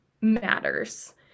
matters